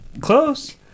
Close